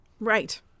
Right